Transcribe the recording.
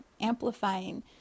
amplifying